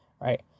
Right